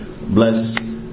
bless